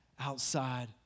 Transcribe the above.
outside